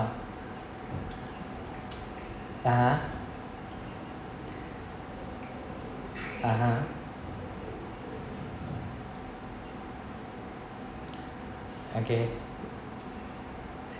(uh huh) (uh huh) okay